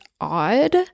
odd